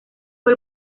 fue